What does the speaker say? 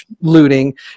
looting